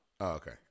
okay